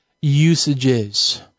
usages